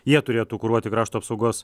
jie turėtų kuruoti krašto apsaugos